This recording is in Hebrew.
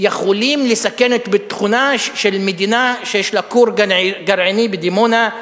יכולים לסכן את ביטחונה של מדינה שיש לה כור גרעיני בדימונה,